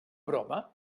broma